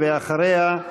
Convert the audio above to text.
ואחריה,